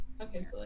Okay